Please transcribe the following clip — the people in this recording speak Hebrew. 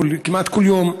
כמעט כל יום,